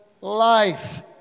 life